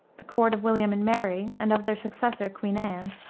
the court of william and mary, and of their successor, queen anne,